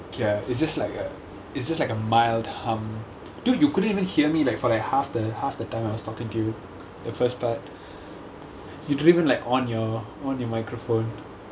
ya it's just like a it's just like a mild hum dude you couldn't even hear me like for like half the half the time I was talking to you the first part you don't even like on your on your microphone